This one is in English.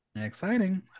Exciting